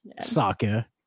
Saka